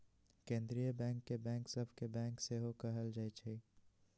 केंद्रीय बैंक के बैंक सभ के बैंक सेहो कहल जाइ छइ